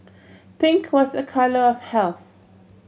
pink was a colour of health